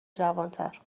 جوانتر